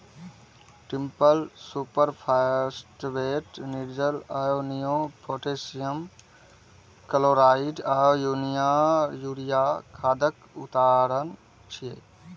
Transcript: triple superphosphate, निर्जल ammonia, potassium chloride आ urea खादक उदाहरण छियै